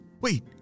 Wait